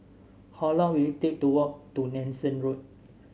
how long will it take to walk to Nanson Road